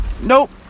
nope